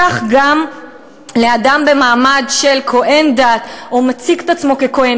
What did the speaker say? כך גם לגבי אדם במעמד של כוהן דת או המציג את עצמו ככוהן